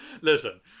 Listen